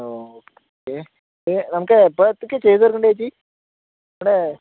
okay നമുക്ക് എപ്പോഴത്തേക്കാണ് ചെയ്തു തീർക്കേണ്ടത് ചേച്ചീ നമ്മുടെ